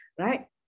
right